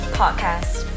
podcast